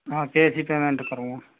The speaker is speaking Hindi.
हाँ कैश ही पेमेंट करूँगा